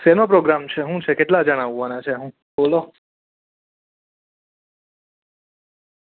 શેનો પ્રોગ્રામ છે શું છે કેટલા જણા આવવાના છે બોલો